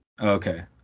Okay